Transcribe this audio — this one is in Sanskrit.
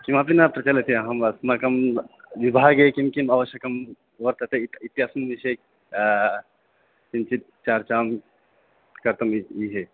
किमपि न प्रचलति अहम् अस्माकं विभागे किं किम् आवश्यकं वर्तते इत् इत्यस्मिन् विषये किञ्चिद् चर्चां कर्तुं